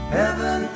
heaven